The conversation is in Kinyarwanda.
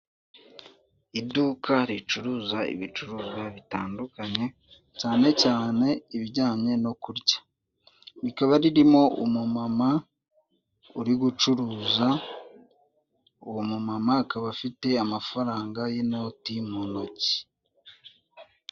Iduka ricuruza ibicuruzwa bitandukanye cyane cyane ibijyanye no kurya, rikaba ririmo umumama uri gucuruza uwo mumama akaba afite amafaranga y'inoti mu ntoki.